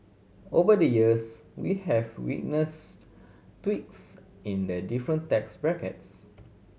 over the years we have witnessed tweaks in the different tax brackets